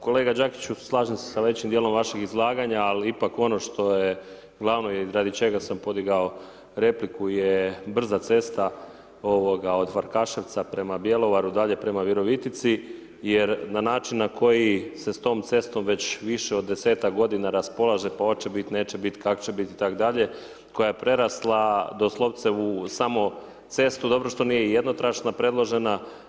Kolega Đakiću, slažem se s većim dijelom vašeg izlaganja, ali ipak ono što je glavno i radi čega sam podigao repliku je brza cesta od Farkaševca prema Bjelovaru, dalje prema Virovitici, jer na način na koji ste s tom cestom već više od 10-tak g. raspolaže, pa hoće biti, neće biti, kako će biti itd. koja je prerasla doslovce uz samu cestu, dobro što nije jednotračna predložena.